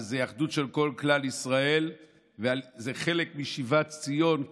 אז זו אחדות של כל כלל ישראל וזה חלק משיבת ציון.